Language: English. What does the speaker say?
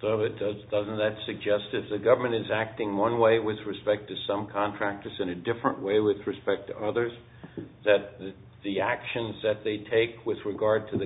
so it doesn't that suggest if the government is acting one way it was respect to some contractors in a different way with respect to others that the actions that they take with regard to the